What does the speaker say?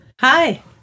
Hi